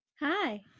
Hi